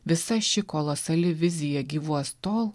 visa ši kolosali vizija gyvuos tol